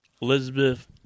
Elizabeth